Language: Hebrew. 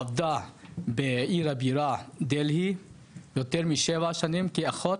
עבדה בעיר הבירה דלהי יותר משבע שנים כאחות,